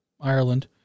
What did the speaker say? Ireland